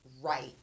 right